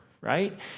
right